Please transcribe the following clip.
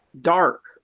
dark